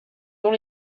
dans